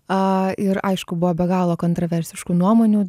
a ir aišku buvo be galo kontroversiškų nuomonių